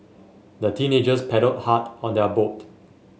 the teenagers paddled hard on their boat